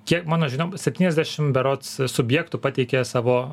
kiek mano žiniom septyniasdešimt berods subjektų pateikė savo